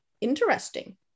interesting